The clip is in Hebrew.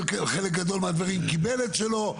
חלק גדול מהדברים קיבל את שלו,